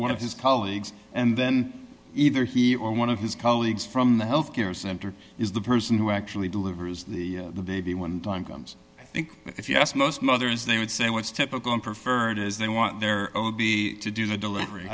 one of his colleagues and then either he or one of his colleagues from the health care center is the person who actually delivers the baby one time comes i think if you ask most mothers they would say what's typical and preferred is they want their o b to do the delivery